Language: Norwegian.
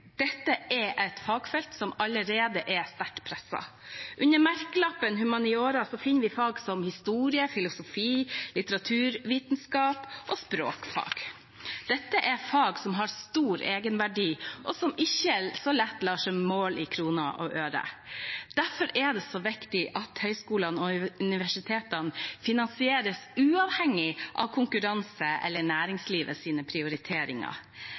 Dette er et fagfelt som allerede er sterkt presset. Under merkelappen «humaniora» finner vi fag som historie, filosofi, litteraturvitenskap og språkfag. Dette er fag som har stor egenverdi, og som ikke så lett lar seg måle i kroner og øre. Derfor er det så viktig at høyskolene og universitetene finansieres uavhengig av konkurranse eller næringslivets prioriteringer.